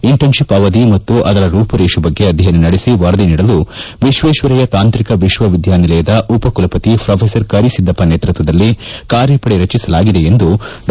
internship ಅವಧಿ ಮತ್ತು ಅದರ ರೂಪುರೇಷೆ ಬಗ್ಗೆ ಅಧ್ಯಯನ ನಡೆಸಿ ವರದಿ ನೀಡಲು ವಿಶ್ವೇಶ್ವರಯ್ಯ ತಾಂತ್ರಿಕ ವಿಶ್ವವಿದ್ಯಾನಿಲಯದ ಉಪ ಕುಲಪತಿ ಪ್ರೋಫೆಸರ್ ಕರಿಸಿದ್ದಪ್ಪ ನೇತೃತ್ವದಲ್ಲಿ ಕಾರ್ಯಪಡೆ ರಚಿಸಲಾಗಿದೆ ಎಂದು ಡಾ